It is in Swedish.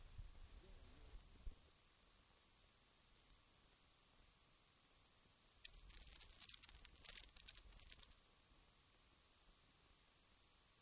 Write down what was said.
Detta får vi ta ställning till vid kommande budgetbehandlingar.